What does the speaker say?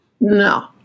No